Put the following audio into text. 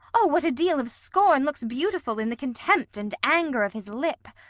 o, what a deal of scorn looks beautiful in the contempt and anger of his lip!